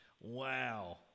Wow